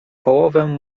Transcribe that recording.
połowę